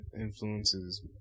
influences